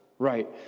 Right